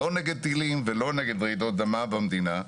לא נגד טילים ולא נגד רעידות אדמה במדינה.